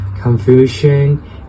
confusion